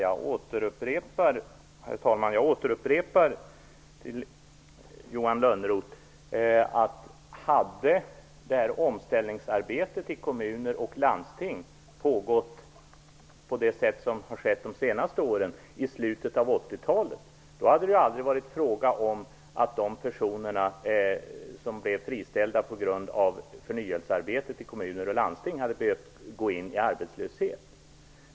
Herr talman! Jag återupprepar till Johan Lönnroth att om omställningsarbetet i kommuner och landsting i slutet av 1980-talet hade pågått på det sätt som har skett under de senaste åren, då hade det aldrig varit fråga om att de personer som blev friställda på grund av förnyelsearbete i kommuner och landsting hade behövt gå ut i arbetslöshet.